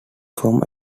from